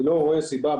אני לא רואה סיבה.